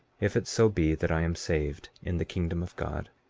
if it so be that i am saved in the kingdom of god.